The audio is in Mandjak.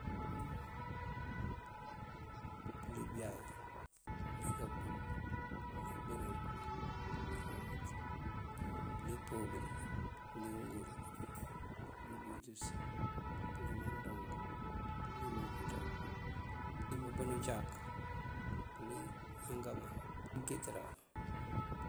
Pёlí biyáay, pёlí kapύul, pёlí pibёrid, pёlí kaweet, pёlí pёwёbёl, pёlí mёngur, pёlí bёwiţёs, pёlí mandúunk, pёlí manfuţar, pёlí pёpёn ucáak, pёlí mangámbar, pёlí mёnkitёrá.